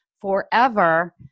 forever